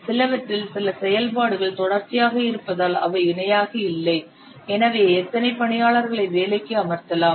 சிலவற்றில் சில செயல்பாடுகள் தொடர்ச்சியாக இருப்பதால் அவை இணையாக இல்லை எனவே எத்தனை பணியாளர்களை வேலைக்கு அமர்த்தலாம்